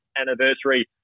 anniversary